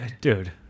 Dude